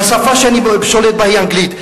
השפה שאני שולט בה היא אנגלית,